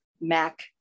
Mac